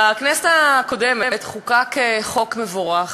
בכנסת הקודמת חוקק חוק מבורך,